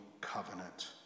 covenant